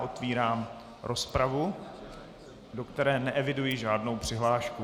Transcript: Otevírám rozpravu, do které neeviduji žádnou přihlášku.